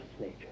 nature